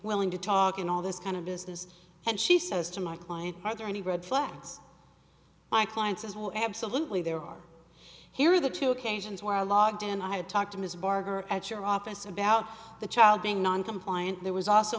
willing to talk and all this kind of business and she says to my client are there any red flags my clients as well absolutely there are here are the two occasions where i logged in and i had talked to ms barker at your office about the child being non compliant there was also